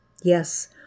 Yes